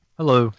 hello